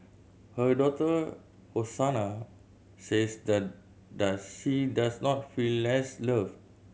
her daughter Hosanna says the does she dose not feel less loved